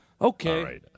Okay